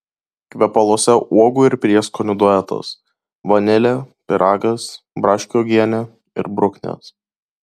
kvepaluose uogų ir prieskonių duetas vanilė pyragas braškių uogienė ir bruknės